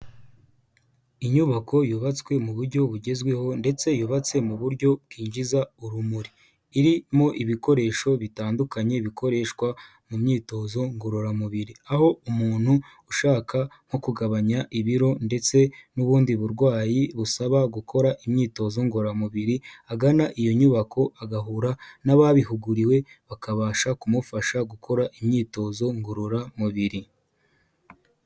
Inyubako yubatswe mu buryo bugezweho ndetse yubatse mu buryo bwinjiza urumuri, irimo ibikoresho bitandukanye bikoreshwa mu myitozo ngororamubiri, aho umuntu ushaka nko kugabanya ibiro ndetse n'ubundi burwayi busaba gukora imyitozo ngororamubiri, agana iyo nyubako agahura n'ababihuguriwe, bakabasha kumufasha gukora imyitozo ngororamubiri.